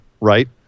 right